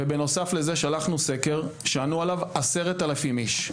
בנוסף לזה, שלחנו סקר שענו עליו 10,000 איש.